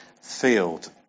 field